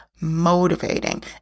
motivating